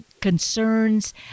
concerns